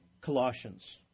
Colossians